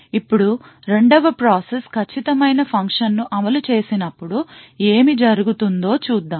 ఇప్పుడు 2వ ప్రాసెస్ ఖచ్చితమైన ఫంక్షన్ను అమలు చేసినప్పుడు ఏమి జరుగుతుందో చూద్దాం